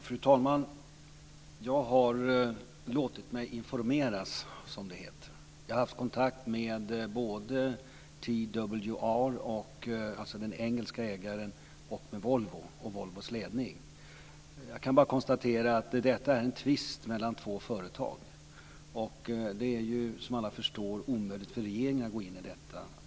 Fru talman! Jag har låtit mig informeras, som det heter. Jag har haft kontakt med både TWR - den engelska ägaren - och med Volvos ledning. Jag kan bara konstatera att detta är en tvist mellan två företag. Det är, som alla förstår, omöjligt för regeringen att gå in i detta.